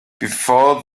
before